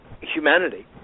humanity